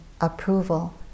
approval